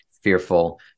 fearful